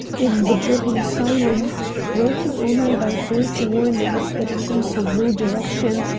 in the dripping silence, broken only by hoarse warnings that came from no direction,